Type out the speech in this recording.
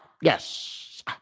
Yes